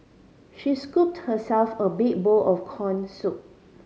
she scooped herself a big bowl of corn soup